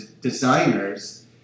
designers